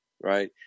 right